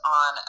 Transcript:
on